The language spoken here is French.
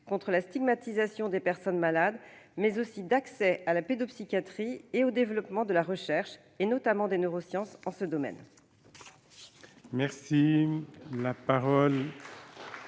contre la stigmatisation des personnes malades, mais aussi d'accès à la pédopsychiatrie et de développement de la recherche, notamment des neurosciences. La parole